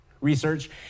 Research